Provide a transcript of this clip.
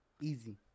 Easy